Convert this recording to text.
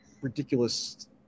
ridiculous